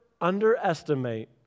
Underestimate